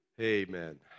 Amen